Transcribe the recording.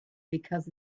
because